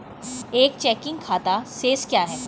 एक चेकिंग खाता शेष क्या है?